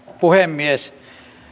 puhemies